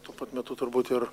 tuo pat metu turbūt ir